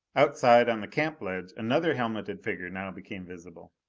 outside, on the camp ledge, another helmeted figure now became visible.